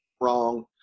Wrong